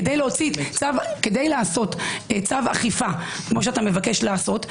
כדי לעשות צו אכיפה כפי שאתה מבקש לעשות,